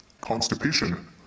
constipation